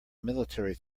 military